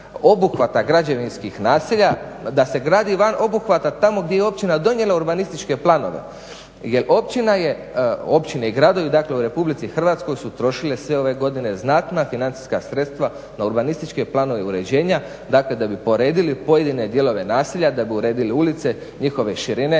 obuhvata građevinskih naselja, da se gradi van obuhvata tamo gdje je općina donijela urbanističke planove jer općina je, općine i gradovi dakle u RH su trošili sve ove godine znatna financijska sredstva na urbanističke planove i uređenja. Dakle da bi uredili pojedine dijelove naselja, da bi uredili ulice, njihove širine,